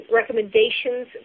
recommendations